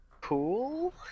Cool